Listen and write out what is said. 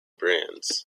brands